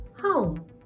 home